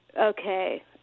Okay